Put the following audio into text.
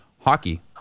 Hockey